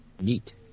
neat